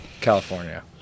California